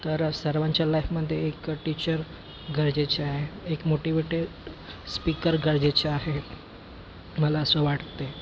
तर सर्वांच्या लाईफमध्ये एक टीचर गरजेचे आहे एक मोटिवेटे स्पीकर गरजेचे आहे मला असं वाटते